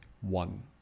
one